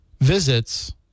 visits